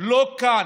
לא כאן.